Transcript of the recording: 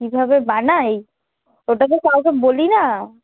কীভাবে বানাই ওটা তো কাউকে বলি না